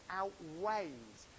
outweighs